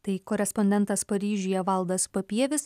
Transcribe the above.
tai korespondentas paryžiuje valdas papievis